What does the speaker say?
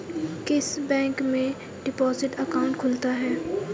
किस बैंक में deposit account खुलता है?